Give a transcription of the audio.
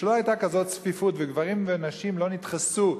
כשלא היתה כזאת צפיפות וגברים ונשים לא נדחסו,